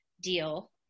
deal